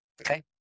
okay